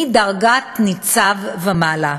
מדרגת ניצב ומעלה.